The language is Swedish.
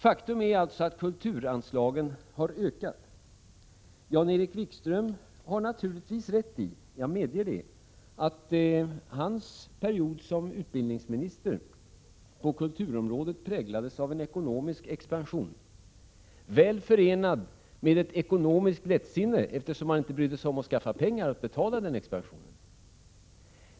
Faktum är alltså att kulturanslagen har ökat. Jan-Erik Wikström har naturligtvis rätt i — jag medger det — att hans period som utbildningsminister på kulturområdet präglades av en ekonomisk expansion, väl förenad med ett ekonomiskt lättsinne, eftersom man inte brydde sig om att skaffa pengar att betala den expansionen.